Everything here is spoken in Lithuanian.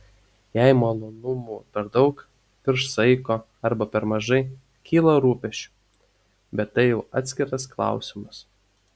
jei malonumų per daug virš saiko arba per mažai kyla rūpesčių bet tai jau atskiras klausimas